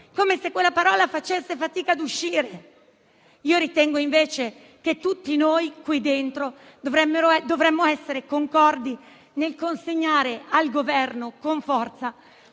come se quella parola facesse fatica a uscire. Io ritengo invece che tutti noi, in questa sede, dovremmo essere concordi nel consegnare al Governo con forza